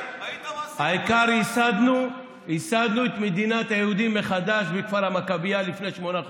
העיקר ייסדנו את מדינת היהודים מחדש בכפר המכביה לפני שמונה חודשים.